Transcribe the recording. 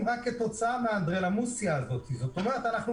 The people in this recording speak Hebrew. שהוא